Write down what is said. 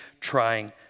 trying